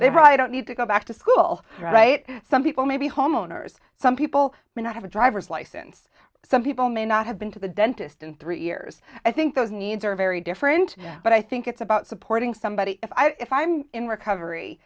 they probably don't need to go back to school right some people may be homeowners some people may not have a driver's license some people may not have been to the dentist in three years i think those needs are very different but i think it's about supporting somebody if i if i'm in recovery